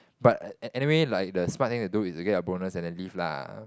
but an~ anyway like the smart thing to do is to get your bonus and then leave lah